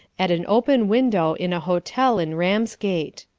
at an open window in a hotel in ramsgate.